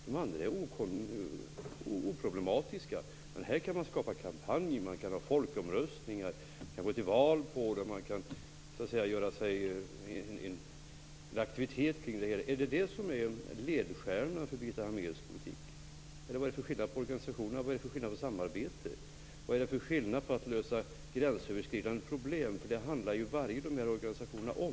De andra är oproblematiska, men kring det här kan man skapa kampanj, ha folkomröstningar, gå till val och dra i gång aktiviteter. Är det detta som är ledstjärnan för Birgitta Hambraeus politik? Eller vad är för skillnad på organisationerna? Vad är det för skillnad på samarbetet? Vad är det för skillnad när det gäller att lösa gränsöverskridande problem, för det handlar ju alla de här organisationerna om?